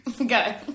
Okay